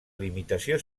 limitació